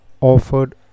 offered